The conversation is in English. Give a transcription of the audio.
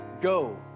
go